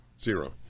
Zero